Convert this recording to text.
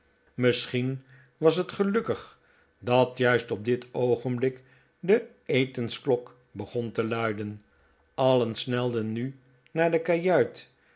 misschien was het gelukkig dat juist op dit oogenblik de etensklok begon te luiden allen snelden nu naar de kajuit